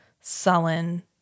sullen